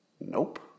Nope